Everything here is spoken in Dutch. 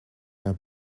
naar